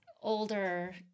older